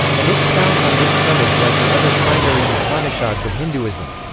and expounds on this premise like the other primary upanishads of hinduism.